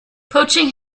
poaching